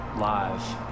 live